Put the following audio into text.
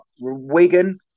Wigan